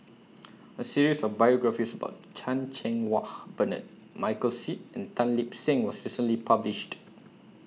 A series of biographies about Chan Cheng Wah Bernard Michael Seet and Tan Lip Seng was recently published